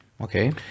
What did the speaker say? Okay